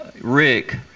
Rick